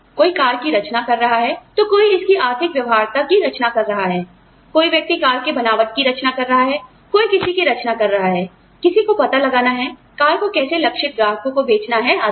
कोई कार की रचना कर रहा है तो कोई इसकी आर्थिक व्यवहार्यता की रचना कर रहा है कोई व्यक्ति कार के बनावट की रचना कर रहा है कोई किसी की रचना कर रहा है किसी को पता लगाना है कार को कैसे लक्षित ग्राहकों को बेचना है आदि